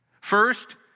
First